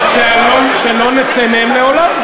שלא נצא מהם לעולם,